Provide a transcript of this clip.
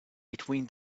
between